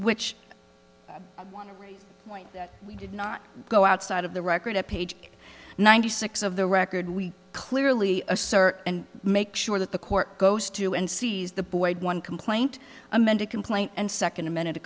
which we did not go outside of the record at page ninety six of the record we clearly assert and make sure that the court goes to and sees the boy one complaint amended complaint and second